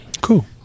Cool